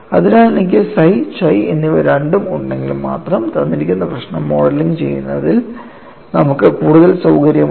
അതിനാൽ എനിക്ക് psi chi എന്നിവ രണ്ടും ഉണ്ടെങ്കിൽ മാത്രം തന്നിരിക്കുന്ന പ്രശ്നം മോഡലിംഗ് ചെയ്യുന്നതിൽ നമുക്ക് കൂടുതൽ സൌകര്യമുണ്ട്